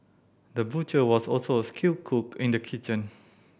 the butcher was also a skilled cook in the kitchen